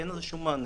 כי אין לזה שום מענה